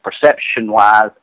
perception-wise